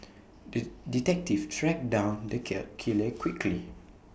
the detective tracked down the cat killer quickly